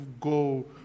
go